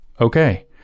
Okay